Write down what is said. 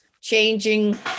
changing